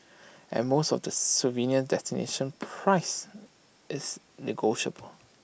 at most of the souvenir destinations price is negotiable